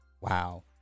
wow